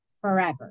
forever